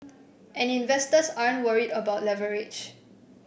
and investors aren't worried about leverage